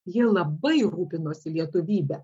jie labai rūpinosi lietuvybe